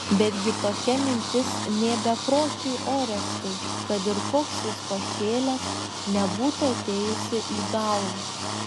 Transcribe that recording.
betgi tokia mintis nė bepročiui orestui kad ir koks jis pašėlęs nebūtų atėjusi į galvą